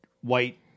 white